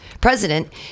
president